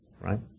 Right